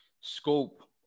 scope